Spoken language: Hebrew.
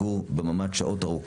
אם זה להיות סגור בממ"ד שעות ארוכות.